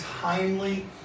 timely